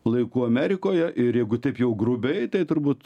laikų amerikoje ir jeigu taip jau grubiai tai turbūt